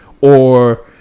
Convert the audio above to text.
or-